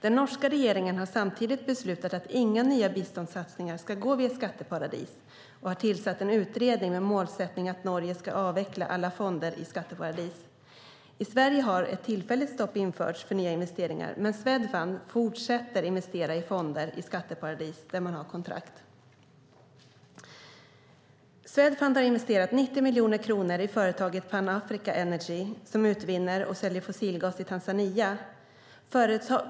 Den norska regeringen har samtidigt beslutat att inga nya biståndssatsningar ska gå via skatteparadis och har tillsatt en utredning med målsättning att Norge ska avveckla alla fonder i skatteparadis. I Sverige har ett tillfälligt stopp införts för nya investeringar, men Swedfund fortsätter investera i fonder i skatteparadis där man har kontrakt. Swedfund har investerat 90 miljoner kronor i företaget Pan Africa Energy som utvinner och säljer fossilgas i Tanzania.